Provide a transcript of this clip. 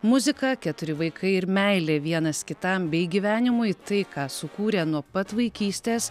muzika keturi vaikai ir meilė vienas kitam bei gyvenimui tai ką sukūrė nuo pat vaikystės